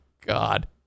God